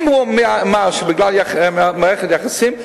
אם הוא אמר שבגלל מערכת יחסים,